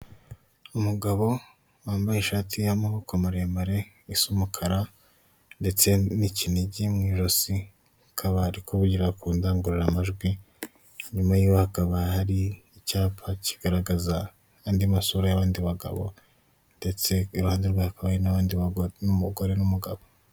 Umugabo wambaye ishati y'amaboko maremare isa umukara ndetse n'ikinigi mu ijosi, akaba ari kuvugira ku ndangururamajwi, inyuma yiwe hakaba hari icyapa kigaragaza andi masura y'abandi bagabo, ndetse iruhande rwiwe hakaba hari n'umugore n'umugabo.